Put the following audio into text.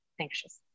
anxious